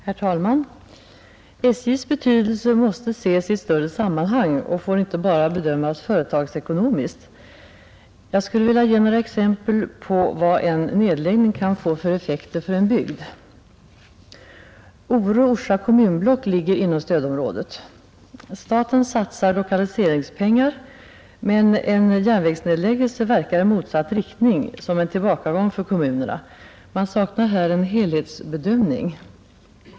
Herr talman! SJ:s betydelse måste ses i ett större sammanhang och får inte bara bedömas företagsekonomiskt. Jag vill ge några exempel på vad en nedläggning kan få för effekter för en bygd. Ore-Orsa kommunblock ligger inom stödområdet. Staten satsar lokaliseringspengar, men en järnvägsnedläggelse verkar i motsatt riktning — som en tillbakagång för kommunerna. Man saknar helhetsbedöm - ningen.